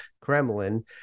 Kremlin